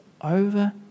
over